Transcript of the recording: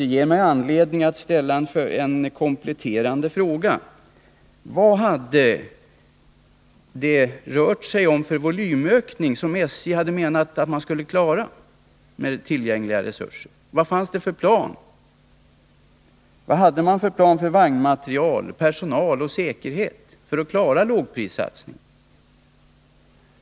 Det ger mig anledning att ställa ett par kompletterande frågor: Vilken volymökning hade SJ menat att man skulle klara med tillgängliga resurser? Vad fanns det för plan för att vagnmateriel och personal, liksom det som gäller säkerhet, skulle klara lågprissatsningen?